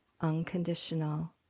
unconditional